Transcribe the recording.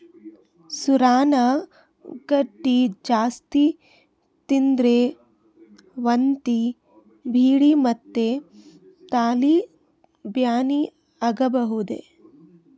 ಸೂರಣ ಗಡ್ಡಿ ಜಾಸ್ತಿ ತಿಂದ್ರ್ ವಾಂತಿ ಭೇದಿ ಮತ್ತ್ ತಲಿ ಬ್ಯಾನಿ ಆಗಬಹುದ್